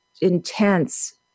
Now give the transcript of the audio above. intense